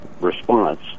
response